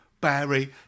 Barry